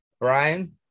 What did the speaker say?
Brian